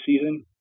season